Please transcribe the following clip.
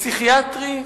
פסיכיאטרי,